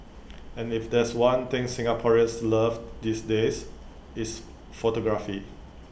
and if there's one thing Singaporeans love these days it's photography